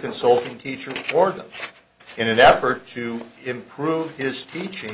consulting teacher fordham in an effort to improve his teaching